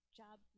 job